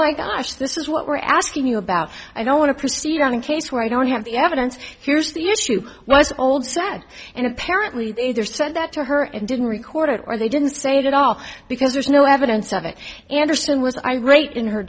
my gosh this is what we're asking you about i don't want to proceed on a case where i don't have the evidence here's the issue was old said and apparently sent that to her and didn't record it or they didn't say it at all because there's no evidence of it anderson was irate in her